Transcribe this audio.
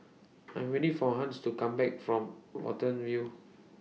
I'm waiting For Hans to Come Back from Watten View